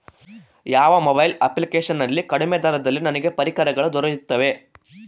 ಯಾವ mobile application ನಲ್ಲಿ ಕಡಿಮೆ ದರದಲ್ಲಿ ನನಗೆ ಪರಿಕರಗಳು ದೊರೆಯುತ್ತವೆ?